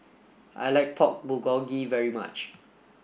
I like Pork Bulgogi very much